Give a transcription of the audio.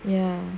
ya